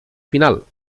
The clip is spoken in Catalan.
final